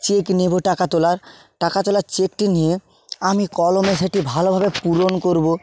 check নেব টাকা তোলার টাকা তোলার চেকটি নিয়ে আমি কলমে সেটি ভালোভাবে পূরণ করব